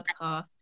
podcast